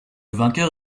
vainqueur